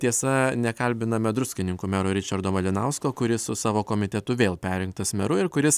tiesa nekalbiname druskininkų mero ričardo malinausko kuris su savo komitetu vėl perrinktas meru ir kuris